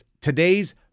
today's